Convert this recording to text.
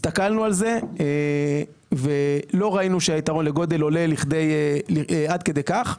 הסתכלנו על זה ולא ראינו שהיתרון לגודל עולה עד כדי כך,